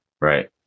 Right